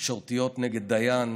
תקשורתיות נגד דיין: